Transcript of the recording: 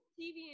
TV